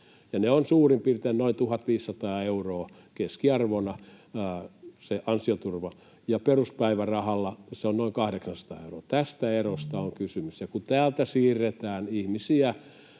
on suurin piirtein noin 1 500 euroa keskiarvona, ja peruspäivärahalla se on noin 800 euroa. Tästä erosta on kysymys. Ja kun täältä siirretään ihmisiä